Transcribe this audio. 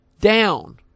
down